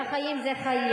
והחיים זה חיים.